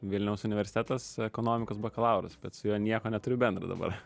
vilniaus universitetas ekonomikos bakalauras bet su juo nieko neturiu bendra dabar